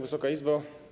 Wysoka Izbo!